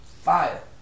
Fire